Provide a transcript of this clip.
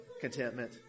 contentment